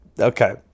Okay